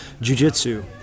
Jiu-jitsu